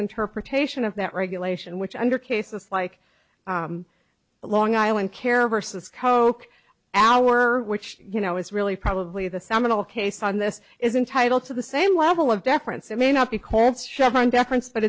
interpretation of that regulation which under cases like long island care or cisco hour which you know is really probably the seminal case on this is entitle to the same level of deference it may not be called chevron deference but